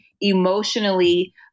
emotionally